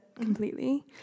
completely